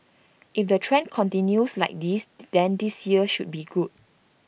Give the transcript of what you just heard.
if the trend continues like this then this year should be good